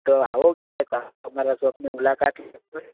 તો આવો ક્યારેક અમારા શોપની મુલાકાત લો